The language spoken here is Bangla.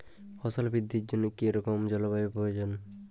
ফসল বৃদ্ধির জন্য কী রকম জলবায়ু প্রয়োজন?